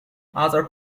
others